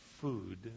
food